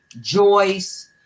Joyce